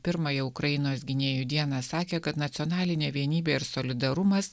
pirmąją ukrainos gynėjų dieną sakė kad nacionalinė vienybė ir solidarumas